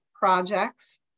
projects